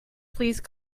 please